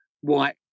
white